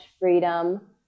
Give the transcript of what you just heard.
freedom